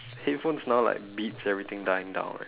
headphones now like beats everything dying down right